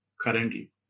currently